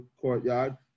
courtyard